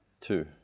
two